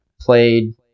Played